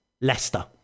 Leicester